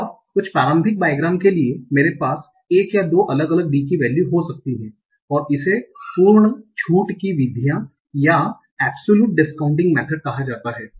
और कुछ प्रारंभिक बाइग्राम के लिए मेरे पास एक या दो अलग अलग d कि वैल्यू हो सकते हैं और इसे पूर्ण छूट की विधियां कहा जाता है